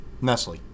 Nestle